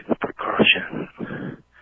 precaution